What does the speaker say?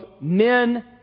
men